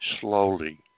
slowly